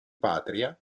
patria